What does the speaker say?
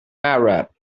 arab